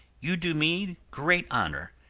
you do me great honour,